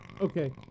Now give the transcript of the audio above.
Okay